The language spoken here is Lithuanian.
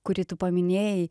kurį tu paminėjai